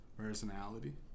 Personality